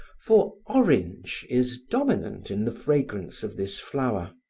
for orange is dominant in the fragrance of this flower.